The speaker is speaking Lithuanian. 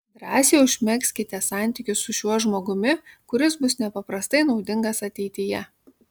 drąsiai užmegzkite santykius su šiuo žmogumi kuris bus nepaprastai naudingas ateityje